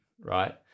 right